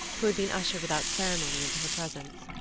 who had been ushered without ceremony into her presence.